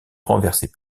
renversés